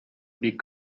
big